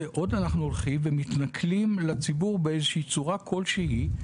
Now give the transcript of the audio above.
עוד אנחנו הולכים ומתנכלים לציבור בצורה כלשהי.